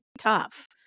tough